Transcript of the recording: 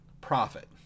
profit